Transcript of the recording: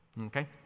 okay